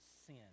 sin